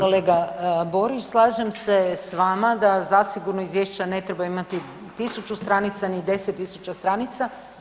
Kolega Borić, slažem se s vama da zasigurno izvješća ne trebaju imati 1000 stranici, ni 10.000 stranica.